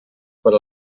per